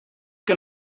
que